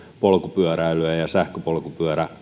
polkupyöräilyä ja sähköpolkupyörä